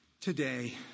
today